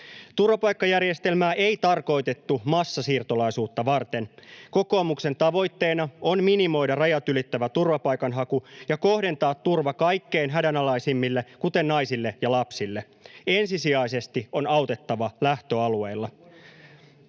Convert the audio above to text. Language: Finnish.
Turvapaikkajärjestelmää ei tarkoitettu massasiirtolaisuutta varten. Kokoomuksen tavoitteena on minimoida rajat ylittävä turvapaikanhaku ja kohdentaa turva kaikkein hädänalaisimmille, kuten naisille ja lapsille. Ensisijaisesti on autettava lähtöalueilla.